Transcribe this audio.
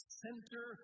center